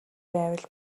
байвал